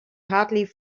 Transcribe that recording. hardly